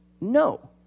No